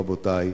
רבותי,